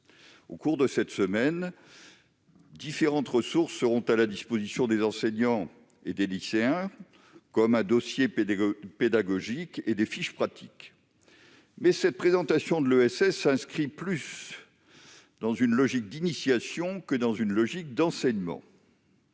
et solidaire à l'école. Différentes ressources seront mises à la disposition des enseignants et des lycéens, comme un dossier pédagogique et des fiches pratiques. Cette présentation de l'ESS s'inscrit plus dans une logique d'initiation que dans une logique d'enseignement,